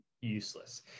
useless